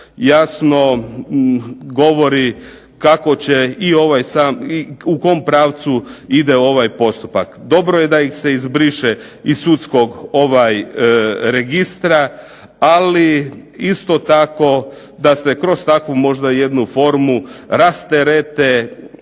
jasno govori kako će i u kom pravcu ide ovaj postupak. Dobro je da ih se izbriše iz sudskog registra, ali isto tako da se kroz takvu jednu formu rasterete